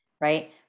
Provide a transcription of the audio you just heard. Right